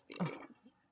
experience